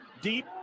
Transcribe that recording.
Deep